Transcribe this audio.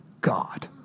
God